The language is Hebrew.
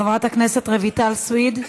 חברת הכנסת רויטל סויד,